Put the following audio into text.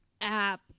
app